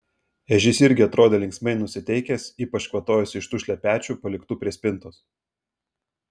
ežys irgi atrodė linksmai nusiteikęs ypač kvatojosi iš tų šlepečių paliktų prie spintos